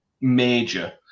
major